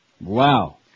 Wow